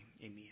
Amen